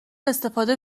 استفاده